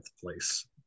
place